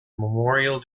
memorial